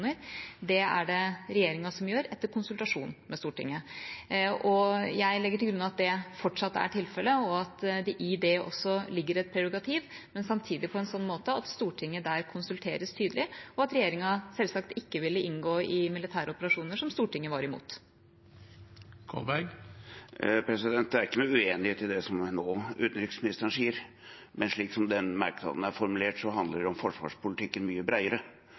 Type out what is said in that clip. det er det regjeringa som gjør etter konsultasjon med Stortinget. Jeg legger til grunn at det fortsatt er tilfellet, og at det i det også ligger et prerogativ, men samtidig på en sånn måte at Stortinget der konsulteres tydelig, og at regjeringa selvsagt ikke ville gå inn for å inngå i militære operasjoner som Stortinget var imot. Det er ingen uenighet i det utenriksministeren nå sier, men slik den merknaden er formulert, handler det mye bredere om forsvarspolitikken.